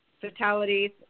fatalities